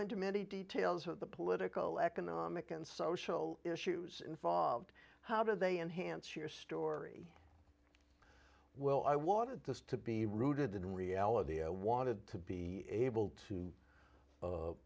into many details of the political economic and social issues involved how do they enhance your story well i wanted this to be rooted in reality a wanted to be able to